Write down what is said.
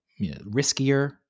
riskier